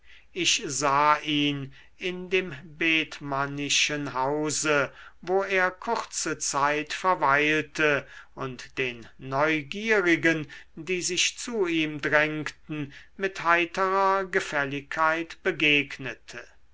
ich sah ihn in dem bethmannischen hause wo er kurze zeit verweilte und den neugierigen die sich zu ihm drängten mit heiterer gefälligkeit begegnete